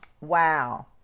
Wow